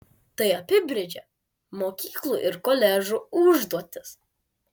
tai apibrėžia mokyklų ir koledžų užduotis